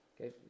Okay